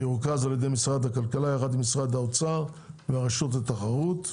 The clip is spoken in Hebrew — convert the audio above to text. זה ירוכז על ידי משרד הכלכלה יחד עם משרד האוצר ורשות התחרות.